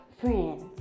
friends